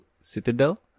Citadel